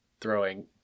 throwing